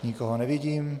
Nikoho nevidím.